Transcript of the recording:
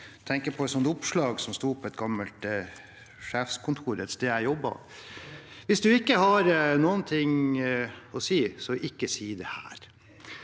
tenke på et oppslag som sto på et gammelt sjefskontor et sted jeg jobbet: Hvis du ikke har noe å si, så ikke si det her.